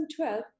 2012